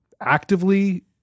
actively